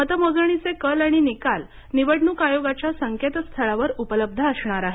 मतमोजणीचे काल आणि निकाल निवडणूक आयोगाच्या संकेतस्थळावर उपलब्ध असणार आहेत